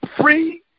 free